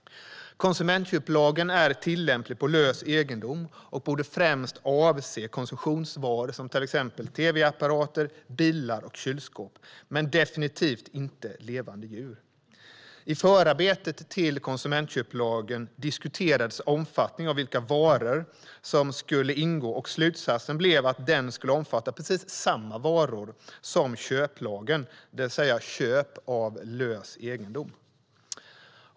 Konsumentköplagen är tillämplig på lös egendom och borde främst avse konsumtionsvaror som till exempel tv-apparater, bilar och kylskåp, men definitivt inte levande djur. I förarbetet till konsumentköplagen diskuterades omfattningen - vilka varor som skulle ingå - och slutsatsen blev att den skulle omfatta precis samma varor som köplagen, det vill säga lös egendom.